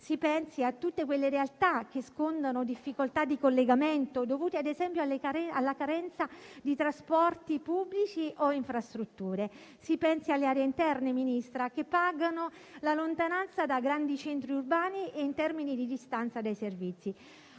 Si pensi a tutte quelle realtà che scontano difficoltà di collegamento dovute ad esempio alla carenza di trasporti pubblici o infrastrutture; si pensi alle aree interne, Ministra, che pagano la lontananza dai grandi centri urbani e in termini di distanza dai servizi.